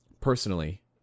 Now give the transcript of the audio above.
personally